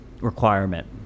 requirement